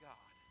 God